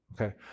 okay